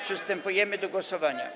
Przystępujemy do głosowania.